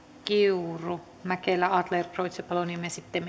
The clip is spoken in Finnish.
kiuru mäkelä adlercreutz ja paloniemi ja sitten